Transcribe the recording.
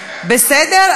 בסדר?